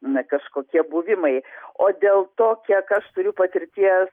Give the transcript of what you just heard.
na kažkokie buvimai o dėl to kiek aš turiu patirties